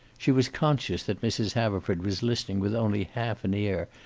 she was conscious that mrs. haverford was listening with only half an ear,